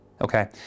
Okay